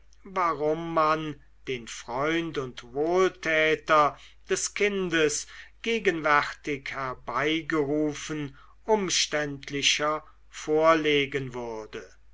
warum man den freund und wohltäter des kindes gegenwärtig herbeigerufen umständlicher vorlegen würde